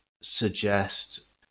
suggest